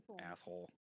Asshole